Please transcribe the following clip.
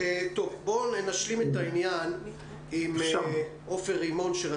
אנחנו ממשיכים לעבוד על זה עם נציגי האגודה ואני